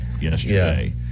yesterday